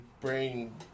brain